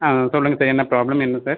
ஆமாம் சொல்லுங்கள் சார் என்ன ப்ரோப்ளம் என்ன சார்